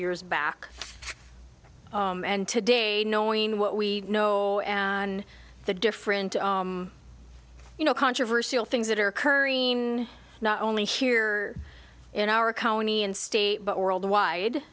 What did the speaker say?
years back and today knowing what we know and the different you know controversial things that are occurring not only here in our county and state but worldwide